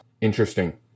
Interesting